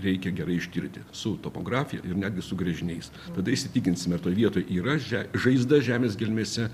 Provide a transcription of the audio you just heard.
reikia gerai ištirti su topografija ir netgi su gręžiniais tada įsitikinsim ar toj vietoj yra že žaizda žemės gelmėse